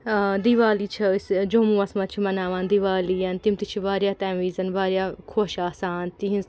دِیوالی چھِ أسۍ جموس منٛز چھِ مَناوان دِیوالی تِم تہِ چھِ واریاہ تَمہِ وِزَن واریاہ خۄش آسان تِہٕنٛز